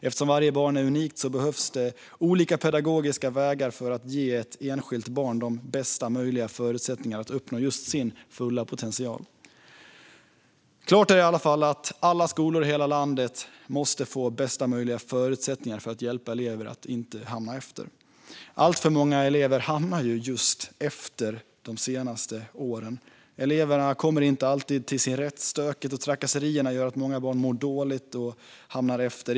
Eftersom varje barn är unikt behövs det olika pedagogiska vägar för att ge ett enskilt barn de bästa möjliga förutsättningarna att uppnå sin fulla potential. Klart är i alla fall att alla skolor i hela landet måste få bästa möjliga förutsättningar att hjälpa elever att inte hamna efter. Alltför många elever har just hamnat efter de senaste åren. Eleverna kommer inte alltid till sin rätt, och stöket och trakasserierna gör att många barn mår dåligt och hamnar efter.